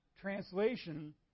translation